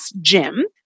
Jim